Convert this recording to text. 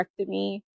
hysterectomy